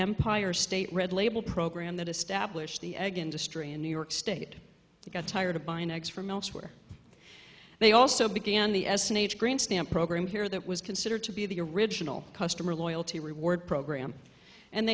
empire state red label program that established the egg industry in new york state got tired of buying eggs from elsewhere they also began the s an h green stamp program here that was considered to be the original customer loyalty reward program and